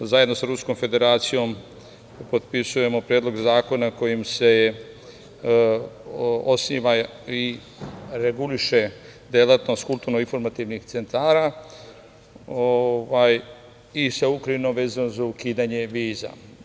Zajedno sa Ruskom Federacijom potpisujemo Predlog zakona kojim se osniva i reguliše delatnost kulturno-informativnih centara i sa Ukrajinom, vezano za ukidanje viza.